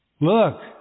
look